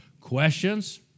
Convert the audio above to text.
questions